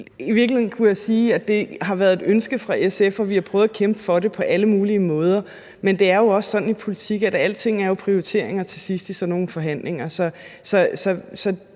I virkeligheden kunne jeg sige, at det har været et ønske fra SF, og at vi har prøvet at kæmpe for det på alle mulige måder, men det er jo også sådan i politik, at alting jo er prioriteringer til sidst i sådan nogle forhandlinger,